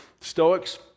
Stoics